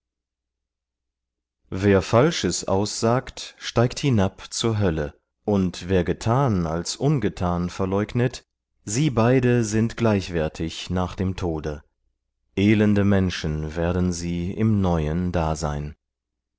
wer falsches aussagt steigt hinab zur hölle und wer getan als ungetan verleugnet sie beide sind gleichwertig nach dem tode elende menschen werden sie im neuen dasein